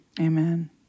Amen